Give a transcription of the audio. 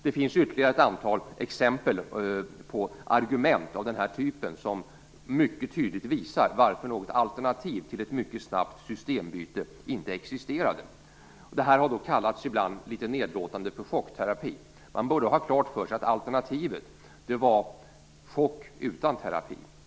Det finns ytterligare ett antal exempel på argument av den här typen, som mycket tydligt visar varför något alternativ till ett mycket snabbt systembyte inte existerade. Det här har ibland kallats, litet nedlåtande, för chockterapi. Man borde ha klart för sig att alternativet var chock utan terapi.